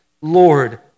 Lord